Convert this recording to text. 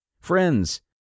friends